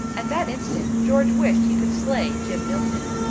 at that instant george wished he could slay jim milton.